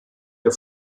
der